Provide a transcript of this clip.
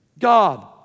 God